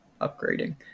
upgrading